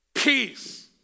Peace